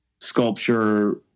sculpture